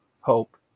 hope